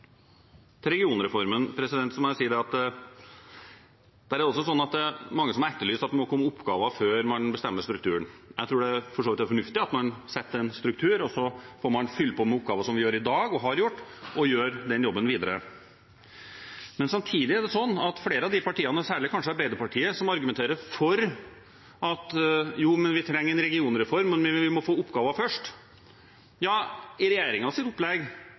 gjelder regionreformen, har mange etterlyst at oppgavene må komme før man bestemmer strukturen. Jeg tror for så vidt det er fornuftig at man setter en struktur, og så får man fylle på med oppgaver – som man gjør i dag og har gjort – og gjøre den jobben videre. Men samtidig har flere av partiene, særlig kanskje Arbeiderpartiet, argumentert for at vi trenger en regionreform, men må få oppgaver først. Ja, i regjeringens opplegg